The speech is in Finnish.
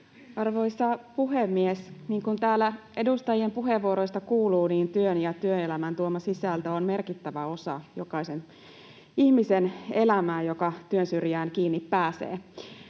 Arvoisa puhemies! Niin kuin täällä edustajien puheenvuoroista kuuluu, työn ja työelämän tuoma sisältö on merkittävä osa jokaisen sellaisen ihmisen elämää, joka työn syrjään kiinni pääsee.